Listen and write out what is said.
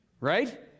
right